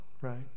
right